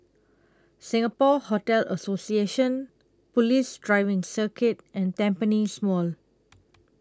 Singapore Hotel Association Police Driving Circuit and Tampines Mall